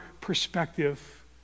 perspective